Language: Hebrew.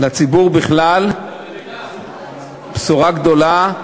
לציבור בכלל, בשורה גדולה.